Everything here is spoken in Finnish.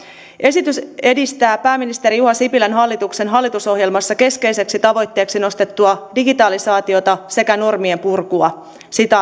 esitys edistää pääministeri juha sipilän hallituksen hallitusohjelmassa keskeiseksi tavoitteeksi nostettua digitalisaatiota sekä normien purkua